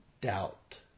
doubt